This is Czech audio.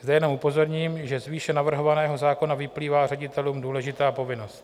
Zde jenom upozorním, že z výše navrhovaného zákona vyplývá ředitelům důležitá povinnost.